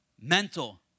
mental